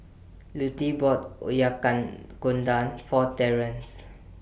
Lutie bought For Terance